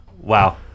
Wow